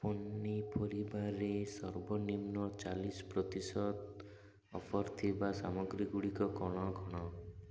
ପନିପରିବାରେ ସର୍ବନିମ୍ନ ଚାଲିଶ ପ୍ରତିଶତ ଅଫର୍ ଥିବା ସାମଗ୍ରୀ ଗୁଡ଼ିକ କ'ଣ କ'ଣ